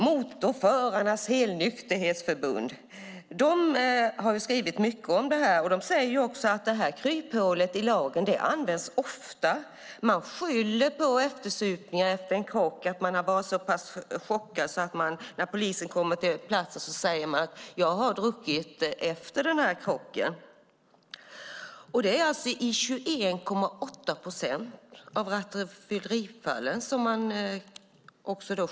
Motorförarnas Helnykterhetsförbund har skrivit mycket om detta, och de säger att just det kryphålet i lagen används ofta. Man skyller på eftersupning efter en krock, på att man har varit så pass chockad. När polisen kommer till platsen säger man: Jag har druckit efter den här krocken. Det är alltså i 21,8 procent av rattfyllerifallen som man skyller på detta.